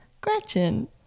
Gretchen